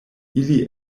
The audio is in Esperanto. ili